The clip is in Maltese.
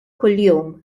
kuljum